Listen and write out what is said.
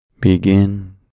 Begin